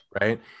Right